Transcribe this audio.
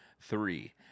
three